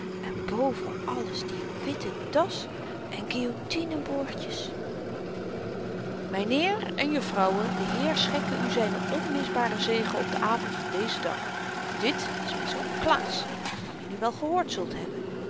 en boven alles die witte das en guillotine boordjes myn heer en jufvrouwen de heer schenke u zynen onmisbaren zegen op den avend van dezen dag dit is myn zoon klaas van wien u wel gehoord zult hebben